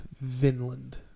Vinland